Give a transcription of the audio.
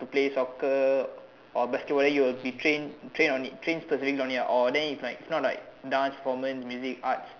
play soccer or basketball then you will be trained trained on it trained specifically on it ah or then it's like it's not like dance performance music arts